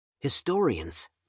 Historians